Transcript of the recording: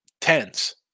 tens